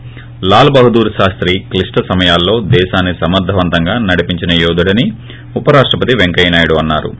ి లాల్ బహదూర్ శాస్త్రి క్లిష్ట సమయాల్లో దేశాన్సి సమర్గవంతంగా నడిపించిన యోధుడని ఉప రాష్టపతి పెంకయ్యనాయుడు అన్నా రు